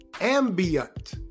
ambient